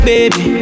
Baby